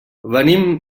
venim